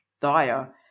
dire